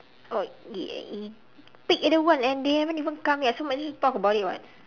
oh ya pick either one and they haven't even come yet so might as well talk about it [what]